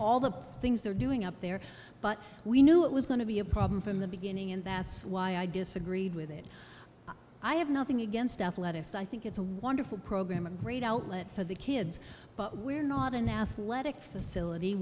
all the things they're doing up there but we knew it was going to be a problem from the beginning and that's why i disagreed with it i have nothing against athletics i think it's a wonderful program a great outlet for the kids but we're not an athletic facility